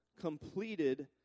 completed